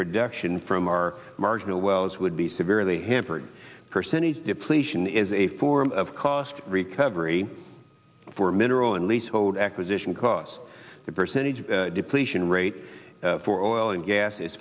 production from our marginal well as would be severely hampered percentage depletion is a form of cost recovery for mineral and leasehold acquisition costs the percentage depletion rate for oil and gas is